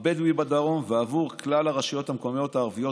הבדואי בדרום ועבור כלל הרשויות המקומיות הערביות